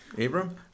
abram